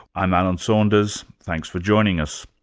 i'm alan saunders. thanks for joining us.